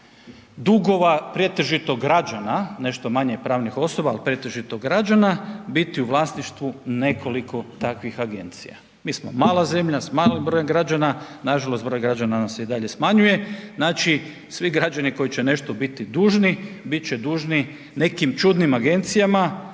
dugova pretežito građana, nešto manje pravnih osoba, ali pretežito građana biti u vlasništvu nekoliko takvih agencija. Mi smo mala zemlja s malim brojem građana, nažalost broj građana nam se i dalje smanjuje, znači svi građani koji će nešto biti dužni biti će dužni nekim čudnim agencijama